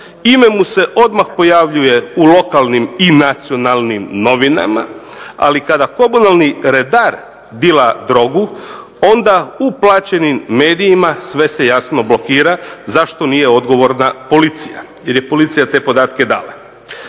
ime mu se odmah pojavljuje u lokalnim i nacionalnim novinama. Ali kada komunalni redar dila drogu onda u plaćenim medijima sve se jasno blokira zašto nije odgovorna policija jer je policija te podatke dala.